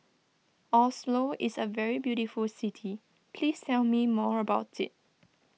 Oslo is a very beautiful city please tell me more about it